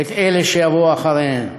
את אלה שיבואו אחריהן,